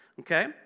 Okay